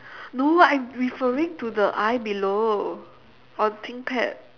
no I'm referring to the I below on thinkpad